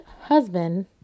husband